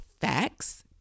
facts